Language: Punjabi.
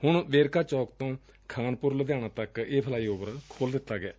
ਹੁਣ ਵੇਰਕਾ ਚੌਕ ਤੋ ਖਾਨਪੁਰ ਲੁਧਿਆਣਾ ਤੱਕ ਇਹ ਫਲਾਈ ਓਵਰ ਖੋਲੁ ਦਿੱਤਾ ਗਿਐ